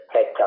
Head